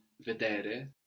vedere